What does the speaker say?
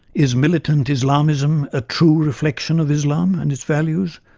is militant islamism a true reflection of islam and its values,